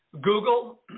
Google